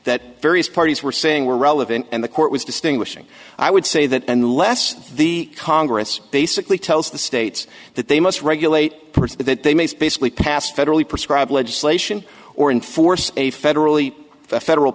that various parties were saying were relevant and the court was distinguishing i would say that unless the congress basically tells the states that they must regulate that they mates basically pass federally prescribed legislation or enforce a federally federal